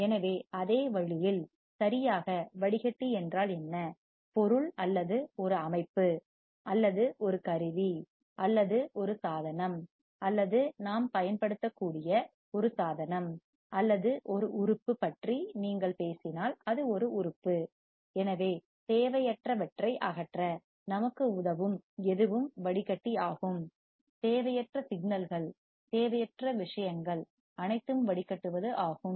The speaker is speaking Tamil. எனவே அதே வழியில் சரியாக வடிகட்டி என்றால் என்ன பொருள் அல்லது ஒரு அமைப்பு அல்லது ஒரு கருவி அல்லது ஒரு சாதனம் அல்லது நாம் பயன்படுத்தக்கூடிய ஒரு சாதனம் அல்லது ஒரு உறுப்பு பற்றி நீங்கள் பேசினால் அது ஒரு உறுப்பு எனவே தேவையற்றவற்றை அகற்ற நமக்கு உதவும் எதுவும் வடிகட்டி ஆகும் தேவையற்ற சிக்னல்கள் சமிக்ஞைகள் தேவையற்ற விஷயங்கள் அனைத்தும் வடிகட்டுவது ஆகும்